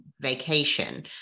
vacation